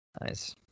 Nice